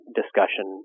discussion